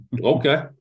Okay